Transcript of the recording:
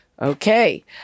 Okay